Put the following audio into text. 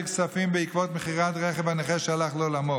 כספים בעקבות מכירת רכב הנכה שהלך לעולמו,